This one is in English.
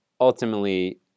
ultimately